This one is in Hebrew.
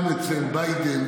גם אצל ביידן,